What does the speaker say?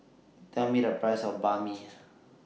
Tell Me The Price of Banh MI